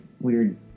weird